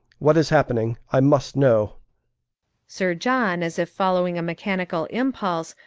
what is happening? i must know sir john, as if following a mechanical impulse,